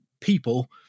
people